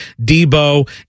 Debo